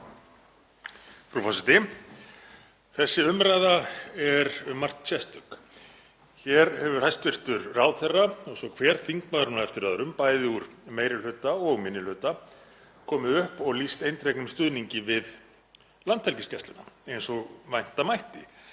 Þessi umræða er um margt sérstök. Hér hefur hæstv. ráðherra og svo hver þingmaðurinn á eftir öðrum, bæði úr meiri hluta og minni hluta, komið upp og lýst eindregnum stuðningi við Landhelgisgæsluna, eins og vænta mætti.